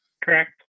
Correct